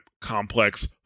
complex